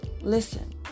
Listen